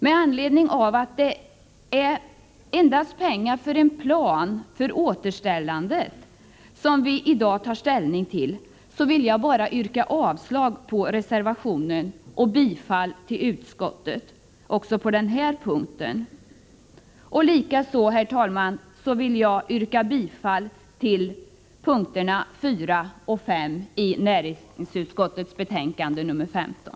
Med anledning av att det endast är pengar för en plan för återställandet som vi i dag tar ställning till vill jag bara yrka avslag på reservationen och bifall till utskottets hemställan också på den här punkten. Likaså, herr talman, vill jag yrka bifall till näringsutskottets hemställan under punkterna 4 och 5 i betänkandet nr 15.